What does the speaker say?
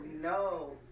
No